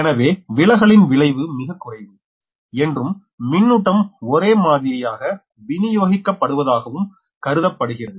எனவே விலகலின் விளைவு மிகக் குறைவு என்றும் மின்னூட்டம் ஒரே மாதிரியாக விநியோகிக்கப்படுவதாகவும் கருதப்படுகிறது